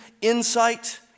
insight